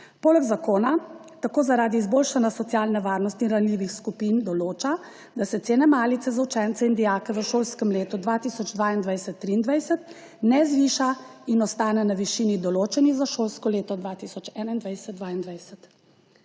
Predlog zakona tako zaradi izboljšanja socialne varnosti ranljivih skupin določa, da se cena malice za učence in dijake v šolskem letu 2022/23 ne zviša in ostane na višini, določeni za šolsko leto 2021/22.